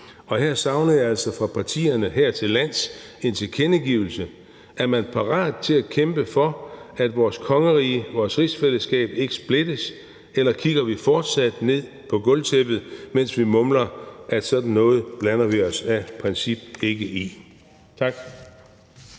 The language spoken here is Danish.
og her savner jeg altså fra partierne hertillands en tilkendegivelse: Er man parat til at kæmpe for, at vores kongerige, vores rigsfællesskab, ikke splittes, eller kigger vi fortsat ned på gulvtæppet, mens vi mumler, at sådan noget blander vi os af princip ikke i? Tak.